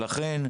לכן,